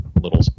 little